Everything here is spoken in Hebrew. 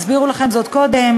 והסבירו לכם זאת קודם